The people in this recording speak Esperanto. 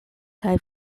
kaj